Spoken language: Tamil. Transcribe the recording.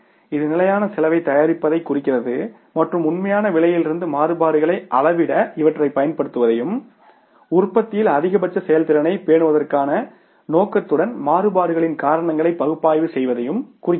இது நிலையான செலவைத் தயாரிப்பதைக் குறிக்கிறது மற்றும் உண்மையான விலையிலிருந்து மாறுபாடுகளை அளவிட இவற்றைப் பயன்படுத்துவதையும் உற்பத்தியில் அதிகபட்ச செயல்திறனைப் பேணுவதற்கான நோக்கத்துடன் மாறுபாடுகளின் காரணங்களை பகுப்பாய்வு செய்வதையும் குறிக்கிறது